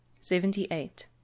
Seventy-eight